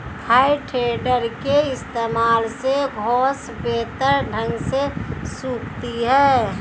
है टेडर के इस्तेमाल से घांस बेहतर ढंग से सूखती है